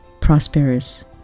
prosperous